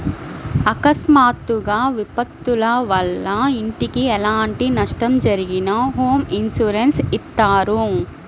అకస్మాత్తుగా విపత్తుల వల్ల ఇంటికి ఎలాంటి నష్టం జరిగినా హోమ్ ఇన్సూరెన్స్ ఇత్తారు